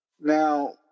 Now